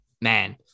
man